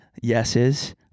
Yeses